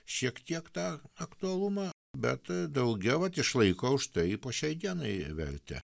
šiek tiek tą aktualumą bet daugiau vat išlaiko užtai po šiai dienai vertę